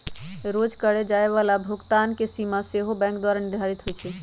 रोज करए जाय बला भुगतान के सीमा सेहो बैंके द्वारा निर्धारित होइ छइ